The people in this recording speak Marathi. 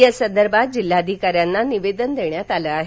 यासंदर्भात जिल्हाधिकाऱ्यांना निवेदन देण्यात आलं आहे